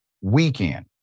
weekend